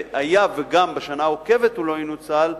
ואם גם בשנה העוקבת הוא לא ינוצל,